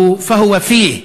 הפוסל במומו האוויל,